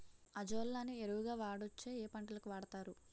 Azolla ని ఎరువు గా వాడొచ్చా? ఏ పంటలకు వాడతారు?